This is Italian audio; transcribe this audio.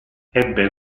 ebbe